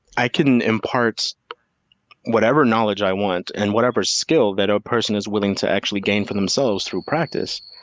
i can impart whatever knowledge i want and whatever skill that a person is willing to actually gain for themselves through practice,